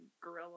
gorilla